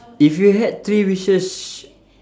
if you had three wishes